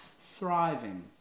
thriving